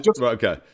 okay